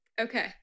Okay